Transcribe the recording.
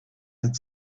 had